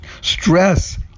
Stress